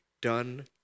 done